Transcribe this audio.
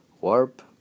warp